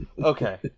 Okay